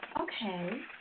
Okay